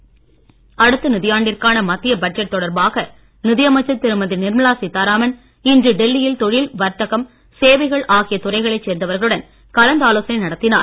நிர்மலா சீத்தாராமன் அடுத்த நிதியாண்டிற்கான மத்திய பட்ஜெட் தொடர்பாக நிதியமைச்சர் திருமதி நிர்மலா சீத்தாராமன் இன்று டெல்லியில் தொழில் வர்த்தகம் சேவைகள் ஆகிய துறைகளைச் சேர்ந்தவர்களுடன் கலந்தாலோசனை நடத்தினார்